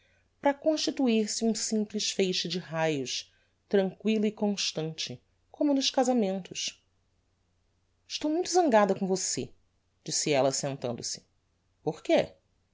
para constituir se um simples feixe de raios tranquillo e constante como nos casamentos estou muito zangada com você disse ella sentando-se porque